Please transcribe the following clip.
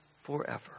forever